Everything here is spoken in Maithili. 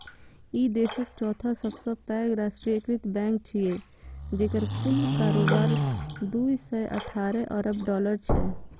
ई देशक चौथा सबसं पैघ राष्ट्रीयकृत बैंक छियै, जेकर कुल कारोबार दू सय अठारह अरब डॉलर छै